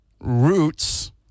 roots